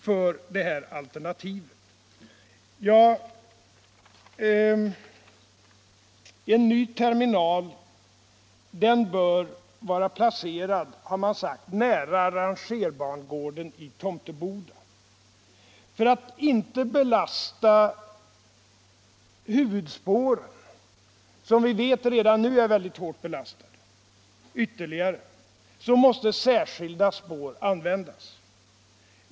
Ja, en = naler till Västerjärny terminal bör, har man sagt, vara placerad nära rangerbangården i va Tomteboda. För att inte ytterligare belasta huvudspår som redan nu är mycket hårt belastade måste särskilda spår användas.